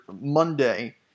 Monday